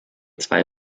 zwei